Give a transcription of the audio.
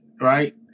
right